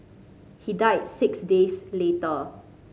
he died six days later